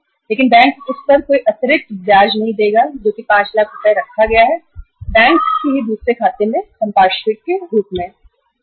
लेकिन वह उस अतिरिक्त 5 लाख पर कोई ब्याज नहीं देगा जो उसी बैंक के दूसरे खाते में संपार्श्विक की तरह रखा गया है